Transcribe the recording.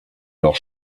leurs